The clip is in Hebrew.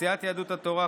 סיעת יהדות התורה,